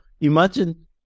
imagine